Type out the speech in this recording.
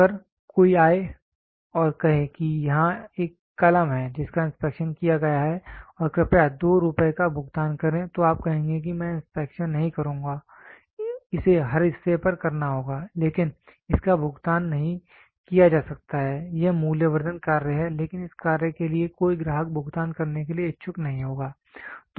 अगर कोई आये और कहे कि यहाँ एक कलम है जिसका इंस्पेक्शन किया गया है और कृपया 2 रुपये का भुगतान करें तो आप कहेंगे कि मैं इंस्पेक्शन नहीं करुंगा इसे हर हिस्से पर करना होगा लेकिन इसका भुगतान नहीं किया जा सकता है यह मूल्यवर्धन कार्य है लेकिन इस कार्य के लिए कोई ग्राहक भुगतान करने के लिए इच्छुक नहीं होगा